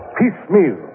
piecemeal